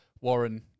Warren